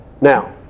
Now